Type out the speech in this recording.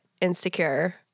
insecure